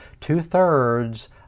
Two-thirds